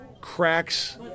cracks